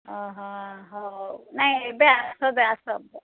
ଓହୋ ହଉ ନାଇଁ ଏବେ ଆସ ଏବେ ଆସ